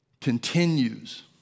continues